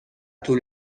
طول